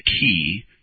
key